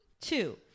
Two